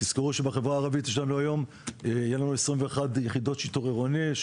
תזכרו שבחברה הערבית יהיו לנו 21 יחידות שיטור עירוני,